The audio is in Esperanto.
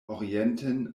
orienten